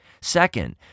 Second